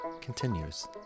continues